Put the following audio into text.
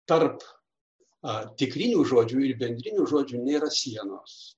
tarp tikrinių žodžių ir bendrinių žodžių nėra sienos